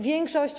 Większość.